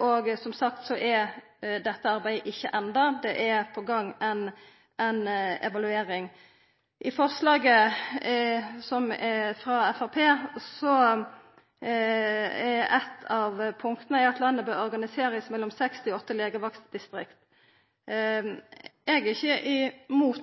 og, som sagt, er dette arbeidet ikkje enda. Det er på gang ei evaluering. I forslaget frå Framstegspartiet er eit av punkta at landet bør verta organisert i seks til åtte legevaktdistrikt. Eg er for